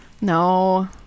no